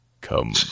Come